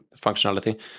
functionality